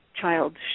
child